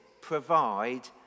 provide